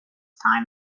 time